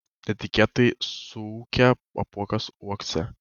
netikėtai suūkia apuokas uokse